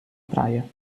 praia